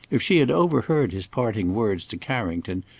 if she had overheard his parting words to carrington,